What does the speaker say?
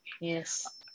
Yes